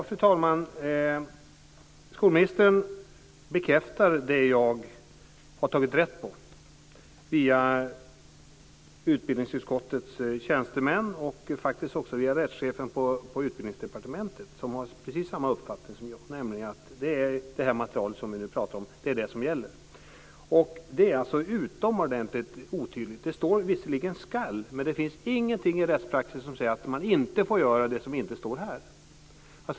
Fru talman! Skolministern bekräftar det jag har tagit rätt på via utbildningsutskottets tjänstemän och rättschefen på Utbildningsdepartementet som har precis samma uppfattning som jag, att det material som vi nu talar om är det som gäller. Det är utomordentligt otydligt. Det står visserligen "skall", men det finns ingenting i rättspraxis som säger att man inte får göra det som inte står här.